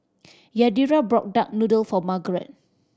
Yadira brought duck noodle for Margrett